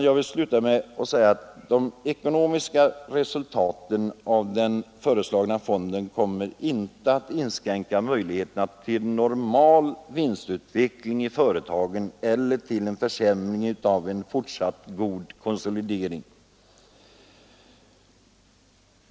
Jag vill framhålla att de ekonomiska konsekvenserna av den föreslagna fonden inte kommer att inskränka möjligheterna till normal vinstutveckling i företagen eller till en försämring av en fortsatt god konsolidering.